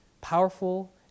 powerful